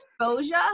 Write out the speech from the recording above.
exposure